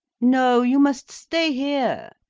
no, you must stay here.